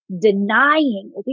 denying